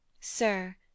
Sir